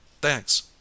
thanks